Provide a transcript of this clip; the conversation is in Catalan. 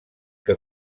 que